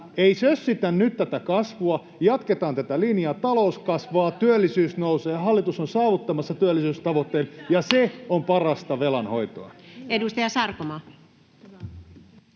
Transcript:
Ei sössitä nyt tätä kasvua, jatketaan tätä linjaa. Talous kasvaa, työllisyys nousee. Hallitus on saavuttamassa työllisyystavoitteen, [Sari Sarkomaan välihuuto] ja se